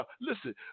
Listen